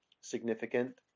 significant